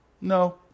No